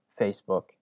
Facebook